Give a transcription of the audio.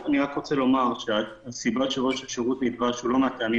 אני חושבת שאפשר להגיע לאותם היעדים באמצעות סעיף סל.